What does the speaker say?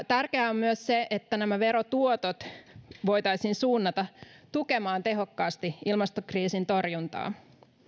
tärkeää on myös se että nämä verotuotot voitaisiin suunnata tukemaan tehokkaasti ilmastokriisin torjuntaa